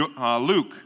Luke